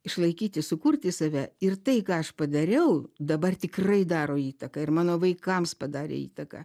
išlaikyti sukurti save ir tai ką aš padariau dabar tikrai daro įtaką ir mano vaikams padarė įtaką